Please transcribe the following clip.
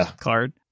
card